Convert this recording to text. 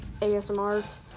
ASMRs